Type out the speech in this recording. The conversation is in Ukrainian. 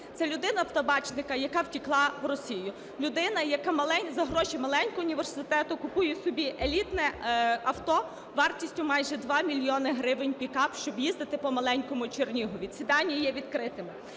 Це людина Табачника, яка втекла в Росію, людина, яка за гроші маленького університету купує собі елітне авто вартістю майже 2 мільйони гривень, пікап, щоб їздити по маленькому Чернігову. Ці дані є відкритими.